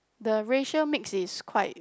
the racial mix is quite